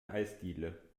eisdiele